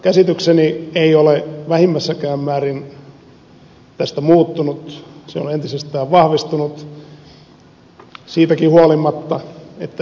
käsitykseni ei ole vähimmässäkään määrin tästä muuttunut se on entisestään vahvistunut siitäkin huolimatta että selittelyjen taso on lisääntynyt